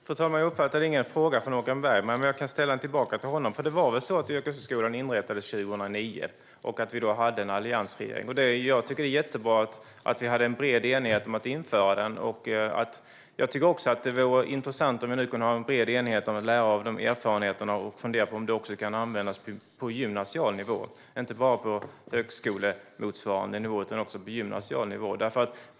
Fru talman! Jag uppfattade ingen fråga från Håkan Bergman. Men jag kan ställa en fråga till honom. Det var väl så att yrkeshögskolan inrättades 2009 och att vi då hade en alliansregering? Jag tycker att det är jättebra att vi hade en bred enighet om att införa yrkeshögskolan. Jag tycker också att det vore intressant om vi nu kunde ha en bred enighet om att lära av de erfarenheterna och fundera på om detta också kan användas på gymnasial nivå, inte bara på högskolemotsvarande nivå.